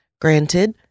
Granted